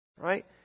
Right